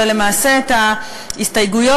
ולמעשה את ההסתייגויות,